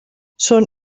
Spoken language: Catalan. són